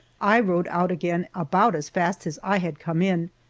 i rode out again about as fast as i had come in,